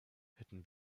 hätten